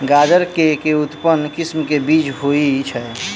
गाजर केँ के उन्नत किसिम केँ बीज होइ छैय?